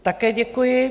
Také děkuji.